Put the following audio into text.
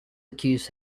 accused